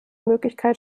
möglichkeit